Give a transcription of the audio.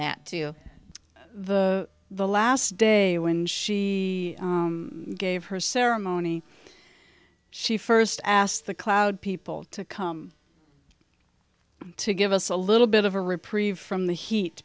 that to the last day when she gave her ceremony she first asked the cloud people to come to give us a little bit of a reprieve from the heat